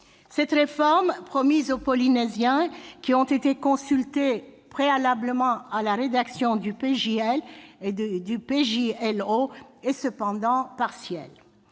Cette réforme promise aux Polynésiens, qui ont été consultés préalablement à la rédaction du projet de loi et du projet